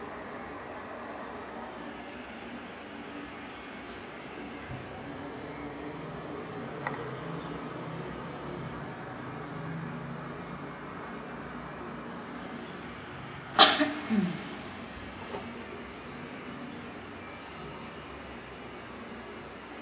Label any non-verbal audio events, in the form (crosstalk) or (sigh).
(coughs) mm